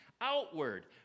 outward